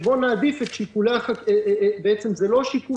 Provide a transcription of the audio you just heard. של בוא נעדיף את שיקולי זה לא שיקול